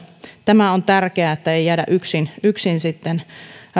tämä on tärkeää että ei jäädä yksin yksin